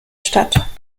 statt